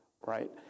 right